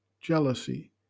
jealousy